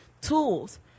tools